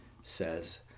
says